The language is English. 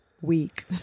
week